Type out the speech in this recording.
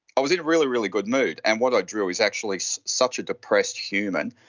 i was in a really, really good mood, and what i drew is actually such a depressed human,